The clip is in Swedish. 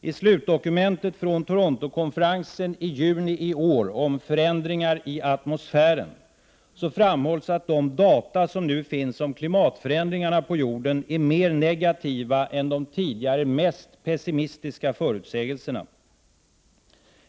I slutdokumentet från Torontokonferensen i juni i år om ”Förändringar i atmosfären” framhålls att de data som nu finns om klimatförändringarna på jorden är mer negativa än de tidigare mest pessimistiska förutsägelserna.